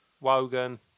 Wogan